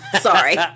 Sorry